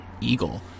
eagle